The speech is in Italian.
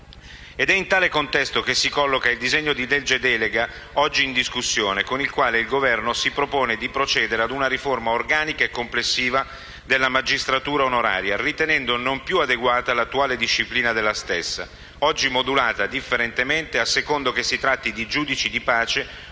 È in tale contesto che si colloca il disegno di legge delega oggi in discussione, con il quale il Governo si propone di procedere ad una riforma organica e complessiva della magistratura onoraria, ritenendo non più adeguata l'attuale disciplina della stessa, oggi modulata differentemente a seconda che si tratti di giudici di pace,